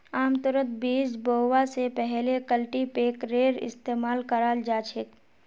आमतौरत बीज बोवा स पहले कल्टीपैकरेर इस्तमाल कराल जा छेक